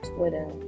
Twitter